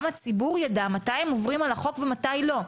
הציבור יידע מתי הם עוברים על החוק ומתי לא.